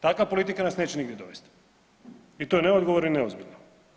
Takva politika nas neće nigdje dovesti i to je neodgovorno i neozbiljno.